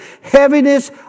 Heaviness